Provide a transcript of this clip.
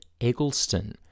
Eggleston